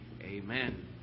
Amen